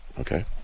okay